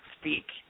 speak